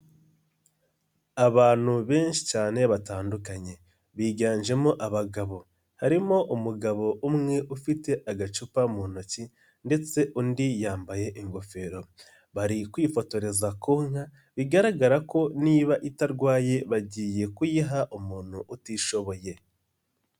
Abantu benshi cyane batandukanye biganjemo abagabo, harimo umugabo umwe ufite agacupa mu ntoki ndetse undi yambaye ingofero, bari kwifotoreza ku nka bigaragara ko niba itarwaye bagiye kuyiha umuntu utishoboye.